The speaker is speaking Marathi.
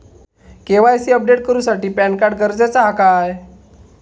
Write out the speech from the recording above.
के.वाय.सी अपडेट करूसाठी पॅनकार्ड गरजेचा हा काय?